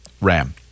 Ram